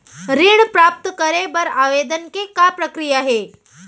ऋण प्राप्त करे बर आवेदन के का प्रक्रिया हे?